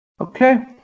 Okay